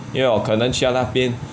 因为我可能去到那边